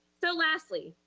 so lastly,